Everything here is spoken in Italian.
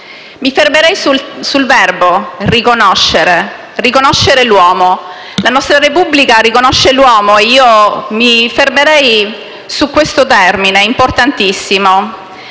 Mi fermerei sul verbo: riconoscere. Riconoscere l'uomo. La nostra Repubblica riconosce l'uomo e io mi fermerei su questo termine importantissimo.